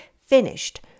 finished